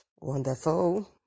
Wonderful